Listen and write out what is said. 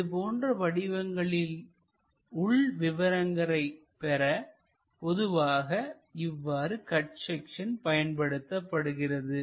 இது போன்ற வடிவங்களில் உள் விவரங்கள் பெற பொதுவாக இவ்வாறு கட் செக்சன் பயன்படுத்தப்படுகிறது